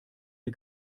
der